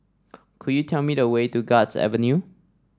could you tell me the way to Guards Avenue